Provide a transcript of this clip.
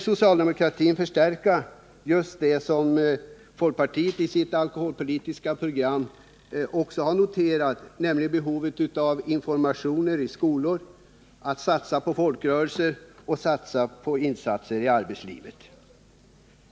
Socialdemokratin vill förstärka just det som folkpartiet i sitt alkoholpolitiska program också har tagit upp, nämligen behovet av information i skolorna, satsning på folkrörelserna och insatser inom arbetslivet.